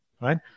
Right